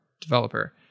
developer